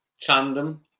tandem